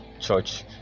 church